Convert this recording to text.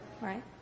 right